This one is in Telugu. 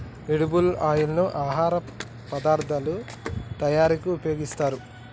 ఎడిబుల్ ఆయిల్ ను ఆహార పదార్ధాల తయారీకి ఉపయోగిస్తారు